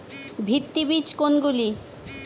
ভিত্তি বীজ কোনগুলি?